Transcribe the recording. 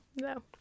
no